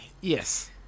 yes